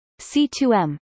C2M